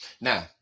Now